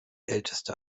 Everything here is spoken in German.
älteste